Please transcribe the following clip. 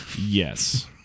Yes